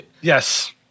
Yes